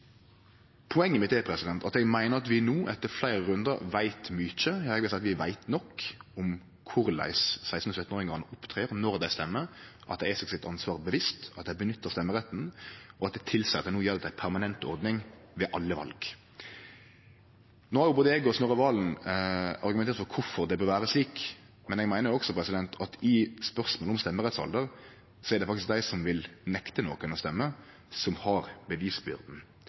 Poenget mitt er at eg meiner at vi no, etter fleire rundar, veit mykje – ja, eg vil seie at vi veit nok om korleis 16- og 17-åringane opptrer når dei stemmer, at dei kjenner ansvaret sitt og nyttar stemmeretten, og at det tilseier at ein no gjer dette til ei permanent ordning ved alle val. No har både eg og Snorre Serigstad Valen argumentert for kvifor det bør vere slik, men eg meiner også at i spørsmålet om stemmerettsalder er det faktisk dei som vil nekte nokon å stemme, som har